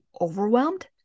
overwhelmed